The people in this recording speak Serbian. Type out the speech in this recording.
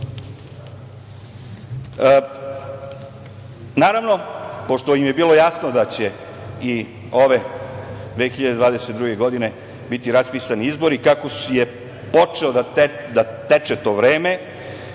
primorao. Naravno, pošto im je bilo jasno da će i ove 2022. godine biti raspisani izbori, kako je počelo da teče to vreme